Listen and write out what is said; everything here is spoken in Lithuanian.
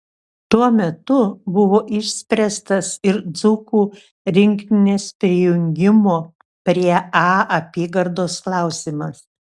tuo metu buvo išspręstas ir dzūkų rinktinės prijungimo prie a apygardos klausimas